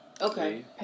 Okay